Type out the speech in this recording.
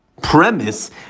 premise